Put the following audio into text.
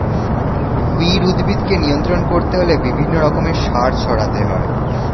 weed উদ্ভিদকে নিয়ন্ত্রণ করতে হলে বিভিন্ন রকমের সার ছড়াতে হয়